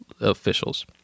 officials